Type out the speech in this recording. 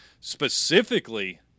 specifically